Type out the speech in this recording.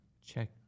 Check